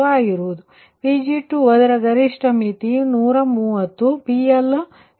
ಆದ್ದರಿಂದ Pg2 ಅದರ ಗರಿಷ್ಠ ಮಿತಿ 130 PL310